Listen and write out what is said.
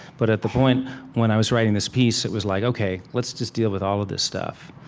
but at the point when i was writing this piece, it was like, ok. let's just deal with all of this stuff.